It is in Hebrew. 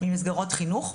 במסגרות חינוך.